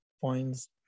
points